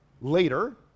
later